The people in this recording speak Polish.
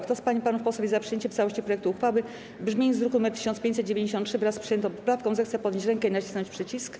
Kto z pań i panów posłów jest za przyjęciem w całości projektu uchwały w brzmieniu z druku nr 1593, wraz z przyjętą poprawką, zechce podnieść rękę i nacisnąć przycisk.